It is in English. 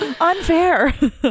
Unfair